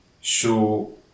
show